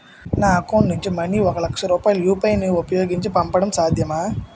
నా అకౌంట్ నుంచి మనీ ఒక లక్ష రూపాయలు యు.పి.ఐ ను ఉపయోగించి పంపడం సాధ్యమా?